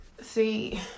See